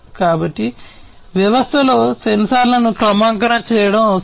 కాబట్టి వ్యవస్థలో సెన్సార్లను క్రమాంకనం చేయడం అవసరం